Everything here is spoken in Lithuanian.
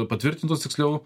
patvirtintos tiksliau